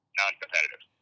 non-competitive